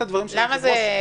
למה זה ככה?